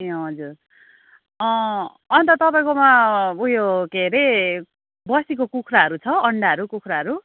ए हजुर अन्त तपाईँकोमा उयो के अरे बस्तीको कुखुराहरू छ अन्डाहरू कुखुराहरू